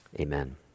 Amen